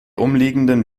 umliegenden